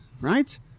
Right